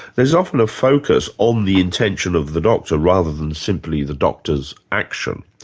there's often a focus on the intention of the doctor, rather than simply the doctor's action.